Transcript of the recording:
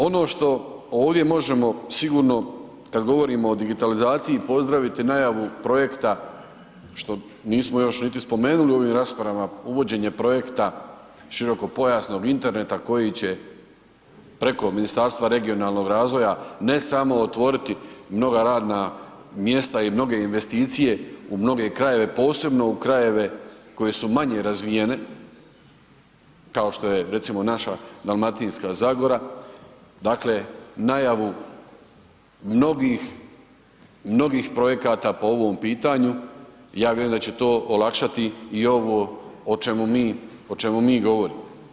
Ono što ovdje možemo sigurno kada govorimo o digitalizaciji pozdraviti najavu projekt što nismo još niti spomenuli u ovom raspravama uvođenje projekta širokopojasnog interneta koji će preko Ministarstva regionalnog razvoja ne samo otvoriti mnoga radna mjesta i mnoge investicije u mnoge krajeve posebno u krajeve koji su manje razvijeni kao što je recimo naša Dalmatinska zagora, dakle najavu mnogih projekata po ovom pitanju, ja vjerujem da će to olakšati i ovo o čemu mi govorimo.